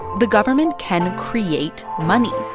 the government can create money.